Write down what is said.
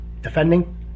defending